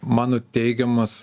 mano teigiamas